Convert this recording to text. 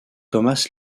thomas